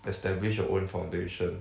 establish your own foundation